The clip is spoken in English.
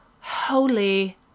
holy